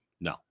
No